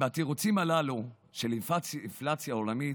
עם התירוצים הללו של אינפלציה עולמית,